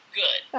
good